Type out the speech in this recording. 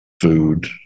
food